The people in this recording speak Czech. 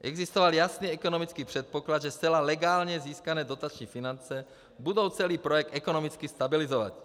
Existoval jasný ekonomický předpoklad, že zcela legálně získané dotační finance budou celý projekt ekonomicky stabilizovat.